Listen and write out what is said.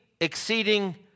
exceeding